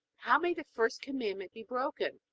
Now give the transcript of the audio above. how may the first commandment be broken?